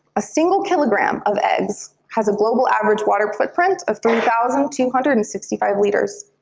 a single kg um of eggs has a global average water footprint of three thousand two hundred and sixty five liters